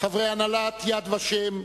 חברי הנהלת "יד ושם",